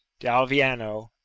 dalviano